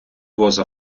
воза